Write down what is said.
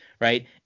right